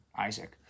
Isaac